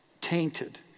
tainted